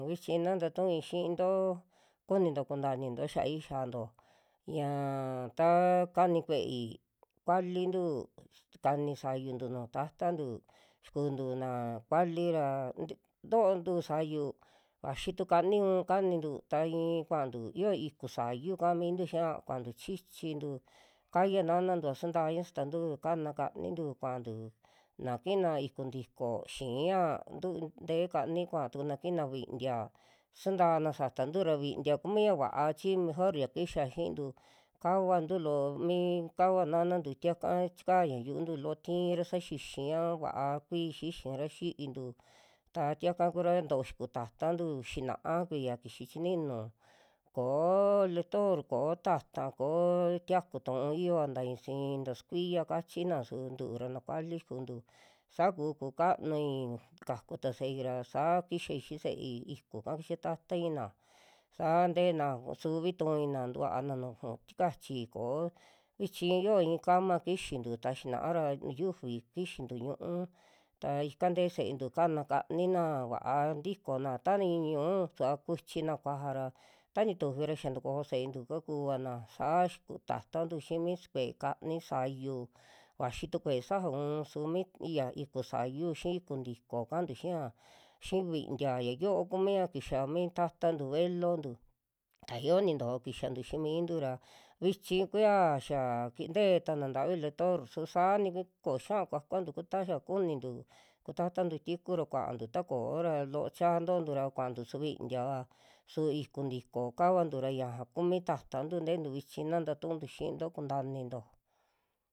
Vichi na tatu'ui xiintoo kuninto kuntaa ininto xi'ai xianto ñaa ta kani kue'ei kualintu kani sayuntu nuju taatantu, xikuntu naa kuali ra t- toontu sayu vaxi tu kani u'un kanintu ta i'i kuantu yo iku saáyu ka'a mintu xia, kuantu chichintu kaya nanantu'a santaña satantu kana kanintu kuantu, naa kina iku ntiko xi'iña tu- tee kani kuaa tukuna ki'ina vintia suntaana satantu ra, vintia kumi ya va'a chi mejor'ya kixa xiintu kavantu loo, mi kava nanantu tieka chikaña yu'untu loo tiira sa xixiña vaa kuii xixiña'ra xi'intu ta tiaka kura to xikutatantu xina'a kuixi kuxi chi ninu, ko'o loctor ko'o ta'ta koo, tiaku tu'u xioa ta ñu'un sií ta sukuiya kachina su ntuu ra na kuali xikuntu, sakuu kukanui kaku ta se'ei ra saa kixai xi' se'ei iku'ka kixa tataina saa ntena suvi tu'uina tuvaana nuju tikachi, koó vichi yoo i'i cama kixintu ta xinaa'ra nuju yiufi kixintu ñu'u, ta ika ntee se'entu kana ka'anina vaa tikona ta ni ñuu suva kuchina, kuaja ra ta nitufi ra xia ntakojo se'entu kakuana saa xikutatantu xii mi suke ka'ani sayu, vaxi tu kue'e saja uun su mi ya iku saayú xii iku ntiko kaantu xia, xii vintia ya yo'o kumia kixa mi taatantu, velontu ta yoo nitojo kixantu xi'i mintu ra, vichi kura xaa kin te'e tana ntavi lactor su saa nik ko'o xiaa kuakuantu taxa kunintu, kutatantu tiku ra kuaantu ta koo ra loo cha ntontu ra kuantu su vintia'va, su iku ntiko kantu ra ñaja kumi taatantu tentu vichi na tatuuntu xi'into kunta ininto.